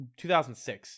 2006